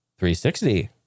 360